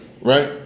Right